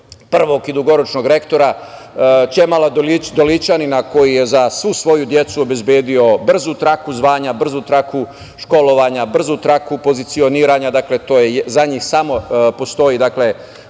prvog i dugoročnog rektora Ćemala Dolićanina, koji je za svu svoju decu obezbedio brzu traku zvanja, brzu traku školovanja, brzu traku pozicioniranja, dakle, to za njih samo postoji ta